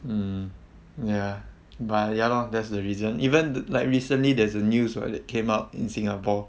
mm ya but ya lor that's the reason even like recently there's a news [what] that came up in singapore